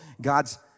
God's